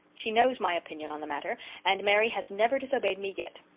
she knows my opinion on the matter and mary has never disobeyed me yet.